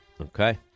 Okay